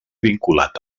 vinculat